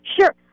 Sure